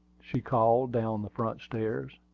she called down the front stairs.